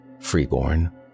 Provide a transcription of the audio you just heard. Freeborn